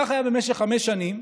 כך היה במשך חמש שנים.